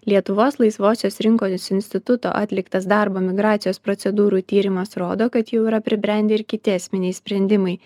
lietuvos laisvosios rinkos instituto atliktas darbo migracijos procedūrų tyrimas rodo kad jau yra pribrendę ir kiti esminiai sprendimai